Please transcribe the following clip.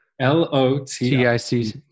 l-o-t-i-c